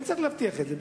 כן צריך להבטיח את זה,